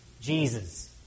Jesus